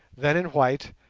then in white,